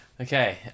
Okay